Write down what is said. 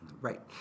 Right